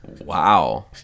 Wow